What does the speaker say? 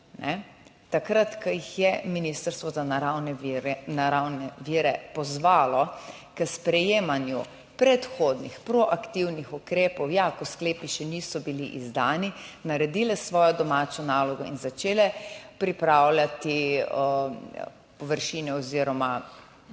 takrat, ko jih je Ministrstvo za naravne vire pozvalo, k sprejemanju predhodnih proaktivnih ukrepov. ja, ko sklepi še niso bili izdani, naredile svojo domačo nalogo in začele pripravljati površine oziroma